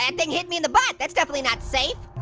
and thing hit me in the butt! that's definitely not safe